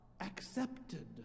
accepted